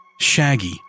Shaggy